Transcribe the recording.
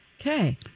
Okay